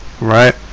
right